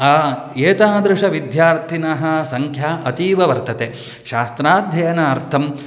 एतादृशविध्यार्थिनः संख्या अतीव वर्तते शास्त्राध्ययनार्थं